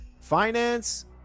Finance